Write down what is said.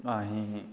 अहें